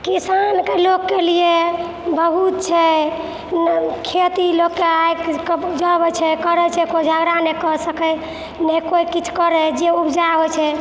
किसान के लोकके लिए बहुत छै खेती लोकके आइके कम उपजाबै छै करै छै कोजगरा नहि कए सकै ने कोइ किछु करै जे ऊपजा होइ छै